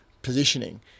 positioning